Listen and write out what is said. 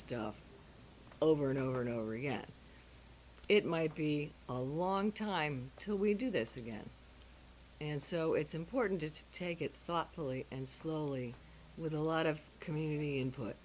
stuff over and over and over again it might be a long time to we do this again and so it's important to take it thoughtfully and slowly with a lot of community input